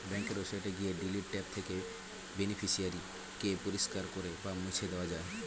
ব্যাঙ্কের ওয়েবসাইটে গিয়ে ডিলিট ট্যাব থেকে বেনিফিশিয়ারি কে পরিষ্কার করে বা মুছে দেওয়া যায়